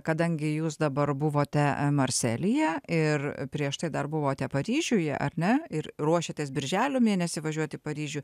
kadangi jūs dabar buvote marselyje ir prieš tai dar buvote paryžiuje ar ne ir ruošiatės birželio mėnesį važiuot į paryžių